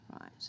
Right